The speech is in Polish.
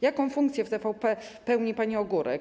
Jaką funkcję w TVP pełni pani Ogórek?